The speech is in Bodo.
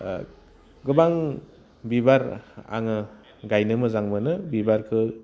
गोबां बिबार आङो गायनो मोजां मोनो बिबारखौ